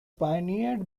pioneered